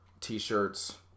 t-shirts